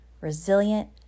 resilient